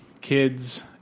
kids